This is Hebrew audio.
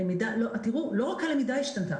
לא רק הלמידה השתנתה,